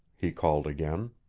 he called again.